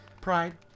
pride